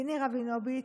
פיני רבינוביץ',